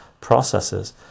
processes